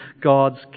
God's